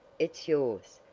it's yours,